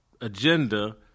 agenda